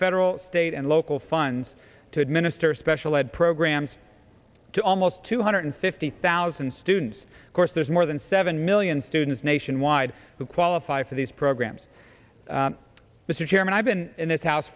federal state and local funds to administer special ed programs to almost two hundred fifty thousand students of course there's more than seven million students nationwide who qualify for these programs mr chairman i've been in this house